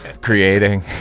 creating